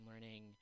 learning